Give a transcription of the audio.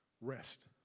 rest